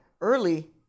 early